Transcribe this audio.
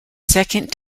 second